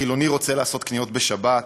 החילוני רוצה לעשות קניות בשבת,